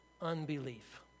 unbelief